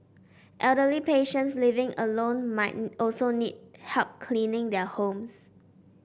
elderly patients living alone might also need help cleaning their homes